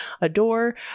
adore